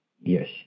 Yes